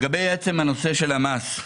לעצם המס.